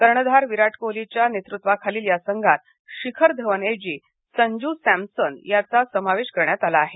कर्णधार विराट कोहलीच्या नेतृत्वाखालील या संघात शिखर धवनऐवजी संजू सॅमसन याचा समावेश करण्यात आला आहे